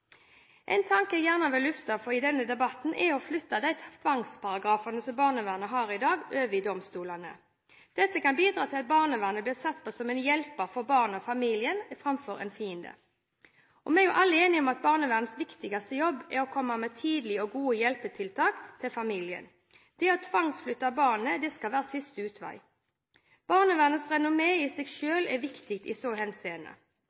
En tanke jeg gjerne vil lufte i denne debatten, er å flytte de tvangsparagrafene som barnevernet har i dag, over i domstolene. Dette kan bidra til at barnevernet blir sett på som en hjelper for barnet og familien heller enn en fiende. Vi er alle enige om at barnevernets viktigste jobb er å komme med tidlige og gode hjelpetiltak til familien. Det å tvangsflytte barnet skal være siste utvei. Barnevernets renommé i seg selv er viktig i så henseende.